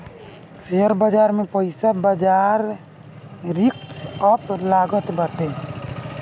share बाजार में पईसा बाजार रिस्क पअ लागत बाटे